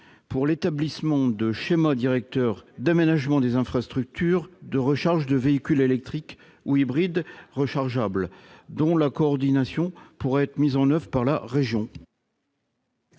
à établir des schémas directeurs d'aménagement des infrastructures de recharge de véhicules électriques ou hybrides rechargeables, dont la coordination pourra être mise en oeuvre par la région.